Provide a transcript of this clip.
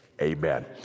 amen